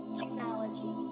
technology